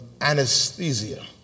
anesthesia